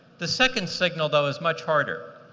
the second signal though was much harder.